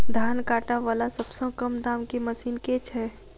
धान काटा वला सबसँ कम दाम केँ मशीन केँ छैय?